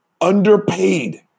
underpaid